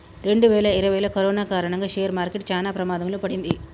రెండువేల ఇరవైలో కరోనా కారణంగా షేర్ మార్కెట్ చానా ప్రమాదంలో పడింది